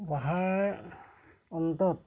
পঢ়াৰ অন্তত